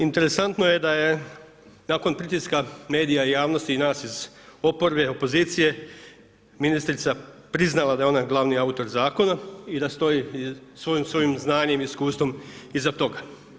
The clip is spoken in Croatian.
Interesantno je da je nakon pritiska medija i javnosti i nas iz oporbe, opozicije ministrica priznala da je ona glavni autor zakona i da stoji svojim znanjem i iskustvom iza toga.